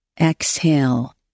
Exhale